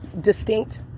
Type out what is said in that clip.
Distinct